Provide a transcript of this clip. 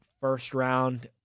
first-round